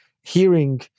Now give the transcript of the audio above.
hearing